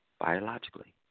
biologically